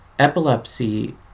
Epilepsy